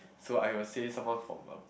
so I will say someone from a